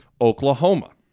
Oklahoma